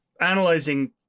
analyzing